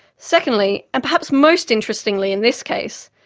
secondly, and perhaps most interestingly in this case,